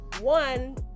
One